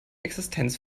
existenz